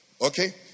Okay